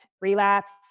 relapse